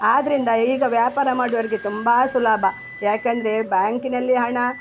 ಆದ್ದರಿಂದ ಈಗ ವ್ಯಾಪಾರ ಮಾಡುವರಿಗೆ ತುಂಬ ಸುಲಭ ಯಾಕೆಂದದರೆ ಬ್ಯಾಂಕಿನಲ್ಲಿ ಹಣ